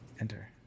Enter